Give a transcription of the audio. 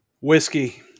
Whiskey